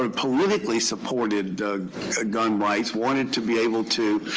ah politically supported gun rights wanted to be able to,